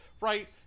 right